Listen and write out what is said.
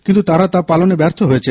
কিন্তু তারা তা পালনে ব্যর্থ হয়েছে